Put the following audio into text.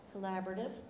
collaborative